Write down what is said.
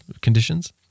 conditions